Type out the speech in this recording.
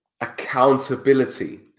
accountability